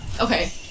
Okay